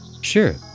Sure